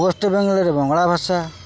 ୱେଷ୍ଟବେଙ୍ଗଲ୍ରେ ବଙ୍ଗଳା ଭାଷା